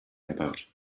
about